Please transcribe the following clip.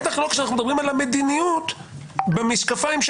בטח לא כשאנחנו מדברים על המדיניות במשקפיים של